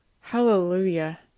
Hallelujah